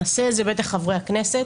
נעשה את זה, בטח חברי הכנסת.